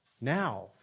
Now